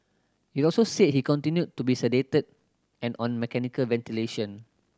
it also said he continued to be sedated and on mechanical ventilation